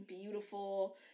beautiful